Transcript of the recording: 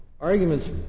arguments